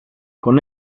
con